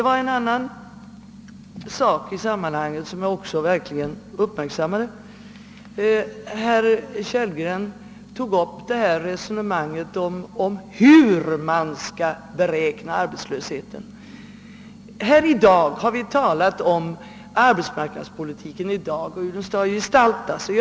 Jag uppmärksammade också en annan sak i sammanhanget. Herr Kellgren tog upp resonemanget om hur man skall beräkna arbetslösheten. Vi har i dag talat om arbetsmarknadspolitiken och om hur den skall utformas.